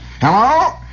Hello